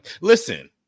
listen